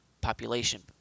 population